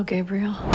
Gabriel